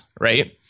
right